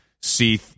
see